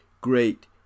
great